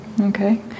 Okay